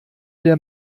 der